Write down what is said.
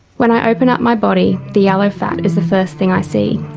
when i open up my body the yellow fat is the first thing i see,